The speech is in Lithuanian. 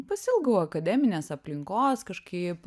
pasiilgau akademinės aplinkos kažkaip